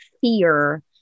fear